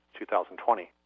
2020